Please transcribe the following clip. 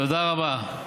תודה רבה.